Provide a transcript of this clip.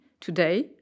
today